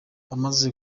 amaze